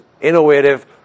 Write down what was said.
innovative